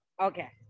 Okay